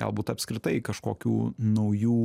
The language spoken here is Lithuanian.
galbūt apskritai kažkokių naujų